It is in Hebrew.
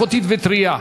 איכותית וטרייה.